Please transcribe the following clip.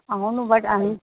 అవును బట్ అన్